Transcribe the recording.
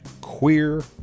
queer